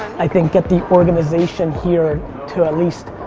i think get the organization here to at least,